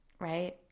right